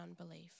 unbelief